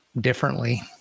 differently